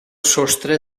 sostre